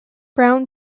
brown